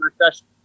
recession